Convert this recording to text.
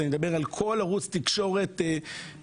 אני מדבר על כל ערוץ תקשורת אפשרי.